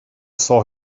saw